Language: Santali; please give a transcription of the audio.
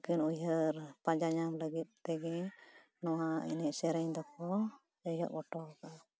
ᱩᱱᱠᱤᱱ ᱩᱭᱦᱟᱹᱨ ᱯᱟᱸᱡᱟ ᱧᱟᱢ ᱞᱟᱹᱜᱤᱫ ᱛᱮᱜᱮ ᱱᱚᱣᱟ ᱮᱱᱮᱡ ᱥᱮᱨᱮᱧ ᱫᱚᱠᱚ ᱮᱦᱚᱵ ᱦᱚᱴᱚ ᱠᱟᱫᱼᱟ